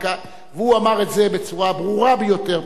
והוא אמר את זה בצורה ברורה ביותר פה מעל הבמה,